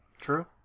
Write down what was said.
true